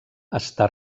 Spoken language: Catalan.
està